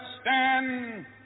stand